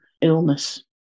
illness